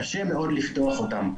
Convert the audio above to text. אבל קשה מאוד לפתוח אותם.